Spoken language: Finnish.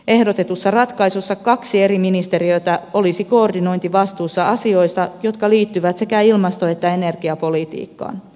ehdotetussa ratkaisussa kaksi eri ministeriötä olisi koordinointivastuussa asioissa jotka liittyvät sekä ilmasto että energiapolitiikkaan